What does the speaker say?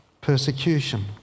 persecution